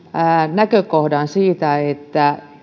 näkökohdan siitä että